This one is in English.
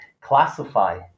classify